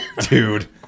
dude